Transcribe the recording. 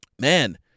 Man